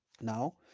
Now